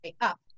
up